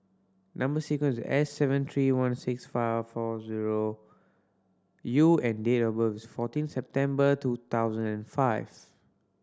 number sequence S seven three one six five four zero U and date of birth is fourteen September two thousand and fifth